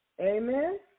Amen